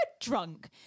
drunk